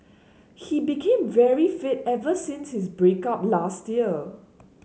he became very fit ever since his break up last year